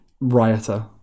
rioter